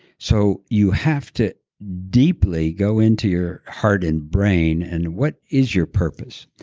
so you have to deeply go into your hardened brain and what is your purpose.